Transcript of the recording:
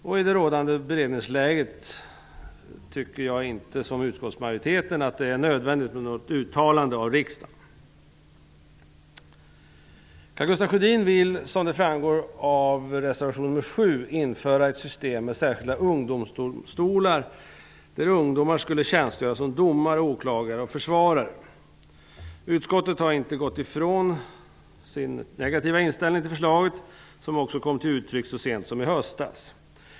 I det rådande beredningsläget tycker jag, som utskottsmajoriteten, inte att det är nödvändigt med något uttalande av riksdagen. Utskottet har inte gått ifrån sin negativa inställning till förslaget, som också kom till uttryck så sent som i höstas.